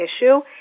issue